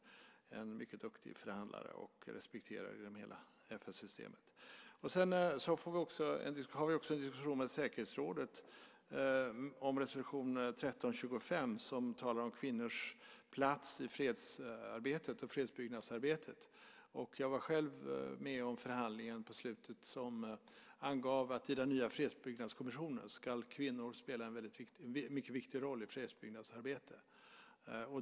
Hon är en mycket duktig förhandlare och respekterad i hela FN-systemet. Vi har också en diskussion med säkerhetsrådet om resolution 1325. Den gäller kvinnors plats i fredsarbetet och fredsbyggnadsarbetet. Jag var själv med om förhandlingen på slutet, där det angavs att i den nya fredsbyggnadskommissionen ska kvinnor spela en viktig roll i fredsbyggnadsarbetet.